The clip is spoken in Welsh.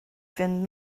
fynd